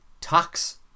tax